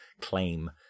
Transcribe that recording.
claim